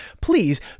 please